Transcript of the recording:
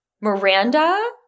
Miranda